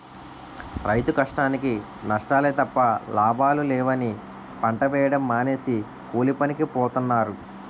రైతు కష్టానికీ నష్టాలే తప్ప లాభాలు లేవని పంట వేయడం మానేసి కూలీపనికి పోతన్నారు